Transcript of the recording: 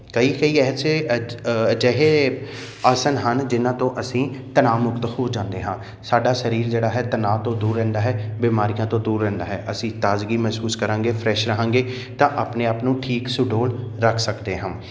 ਕਈ ਕਈ ਐਸੇ ਅਜ ਅਜਿਹੇ ਆਸਨ ਹਨ ਜਿਹਨਾਂ ਤੋਂ ਅਸੀਂ ਤਨਾਵ ਮੁਕਤ ਹੋ ਜਾਂਦੇ ਹਾਂ ਸਾਡਾ ਸਰੀਰ ਜਿਹੜਾ ਹੈ ਤਨਾਅ ਤੋਂ ਦੂਰ ਰਹਿੰਦਾ ਹੈ ਬਿਮਾਰੀਆਂ ਤੋਂ ਦੂਰ ਰਹਿੰਦਾ ਹੈ ਅਸੀਂ ਤਾਜ਼ਗੀ ਮਹਿਸੂਸ ਕਰਾਂਗੇ ਫਰੈਸ਼ ਰਹਾਂਗੇ ਤਾਂ ਆਪਣੇ ਆਪ ਨੂੰ ਠੀਕ ਸੁਡੋਲ ਰੱਖ ਸਕਦੇ ਹਾਂ